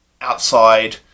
outside